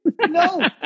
No